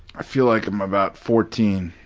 i feel like i'm about fourteen.